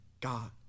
God